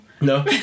No